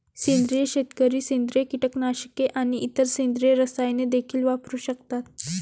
सेंद्रिय शेतकरी सेंद्रिय कीटकनाशके आणि इतर सेंद्रिय रसायने देखील वापरू शकतात